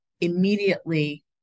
immediately